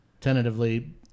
tentatively